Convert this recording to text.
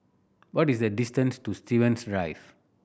what is the distance to Stevens Drive